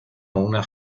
una